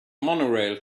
monorail